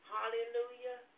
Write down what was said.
Hallelujah